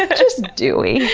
ah just dewey.